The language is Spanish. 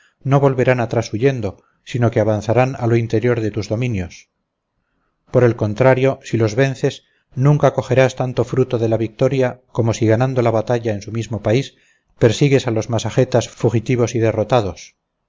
no volverán atrás huyendo sino que avanzarán a lo interior de tus dominios por el contrario si los vences nunca cogerás tanto fruto de la victoria como si ganando la batalla en su mismo país persigues a los masagetas fugitivos y derrotados